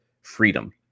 freedom